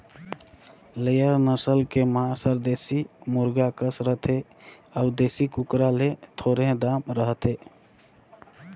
layer नसल के मांस हर देसी मुरगा कस रथे अउ देसी कुकरा ले थोरहें दाम रहथे